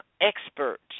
experts